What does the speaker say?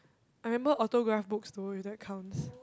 I remember autograph books though if that counts